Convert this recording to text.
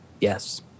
Yes